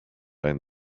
ein